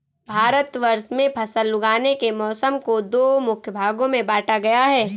भारतवर्ष में फसल उगाने के मौसम को दो मुख्य भागों में बांटा गया है